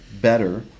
better